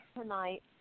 tonight